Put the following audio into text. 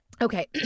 Okay